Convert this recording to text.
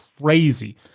crazy